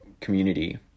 community